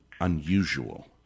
unusual